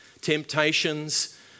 Temptations